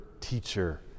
teacher